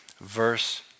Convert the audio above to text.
verse